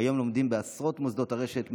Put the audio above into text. כיום לומדים בעשרות מוסדות הרשת,